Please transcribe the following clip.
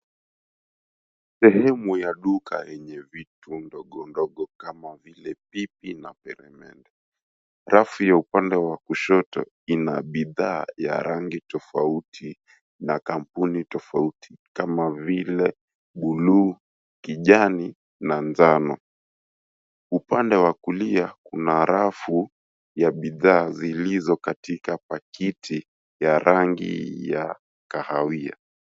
Sehemu ya duka yenye vitu ndogo ndogo kama vile pipi na peremende rafu ya upande wa kushoto ina bidahaa ya rangi tofauti na kampuni tofauti kama vile buluu, kijani na njano. Upande wa kulia kuna rafu ya bidhaa zilIozo katika pakiti ya rangi ya kahawia.